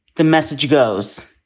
the message goes.